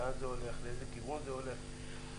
לאיזה כיוון זה הולך.